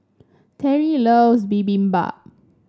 Terrie loves Bibimbap